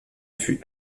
fut